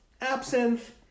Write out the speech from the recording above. absinthe